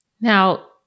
Now